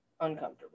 uncomfortable